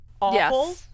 awful